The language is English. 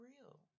real